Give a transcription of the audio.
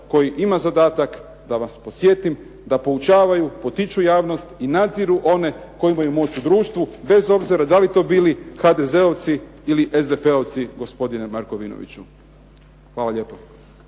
koji ima zadatak da vas podsjetim da poučavaju, potiču javnost i nadziru one koji imaju moć u društvu bez obzira da li to bili HDZ-ovci ili SDP-ovci gospodine Markovinoviću. Hvala lijepo.